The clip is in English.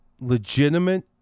legitimate